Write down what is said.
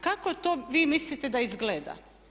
Kako to vi mislite da izgleda?